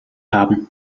haben